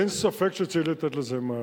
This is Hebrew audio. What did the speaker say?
אין ספק שצריך לתת לזה מענה,